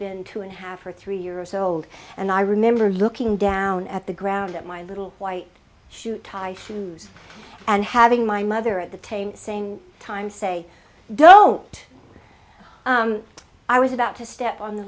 been two and a half or three years old and i remember looking down at the ground at my little white shoe tie shoes and having my mother at the tame same time say don't i was about to step on the